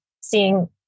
seeing